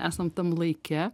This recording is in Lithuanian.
esam tam laike